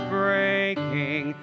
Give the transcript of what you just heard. breaking